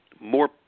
more